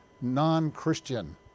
non-Christian